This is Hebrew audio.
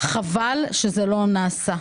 חבל שזה לא נעשה.